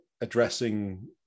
addressing